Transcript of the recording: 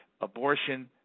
abortion